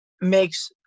makes